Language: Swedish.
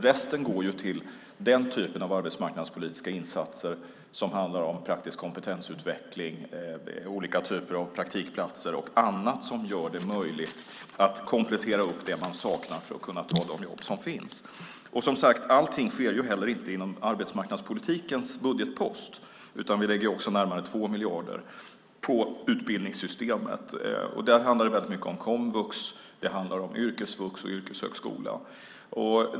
Resten går till den typ av arbetsmarknadspolitiska insatser som handlar om praktisk kompetensutveckling, olika typer av praktikplatser och annat som gör det möjligt att komplettera med det man saknar för att kunna ta de jobb som finns. Som sagt: Allting sker heller inte inom arbetsmarknadspolitikens budgetpost. Vi lägger också närmare 2 miljarder på utbildningssystemet. Där handlar det väldigt mycket om komvux, yrkesvux och yrkeshögskola.